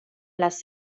les